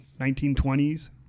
1920s